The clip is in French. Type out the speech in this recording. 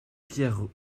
pierre